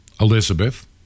Elizabeth